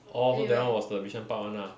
orh so that [one] was the bishan park [one] lah